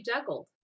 juggled